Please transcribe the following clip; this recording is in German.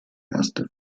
erste